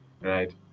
right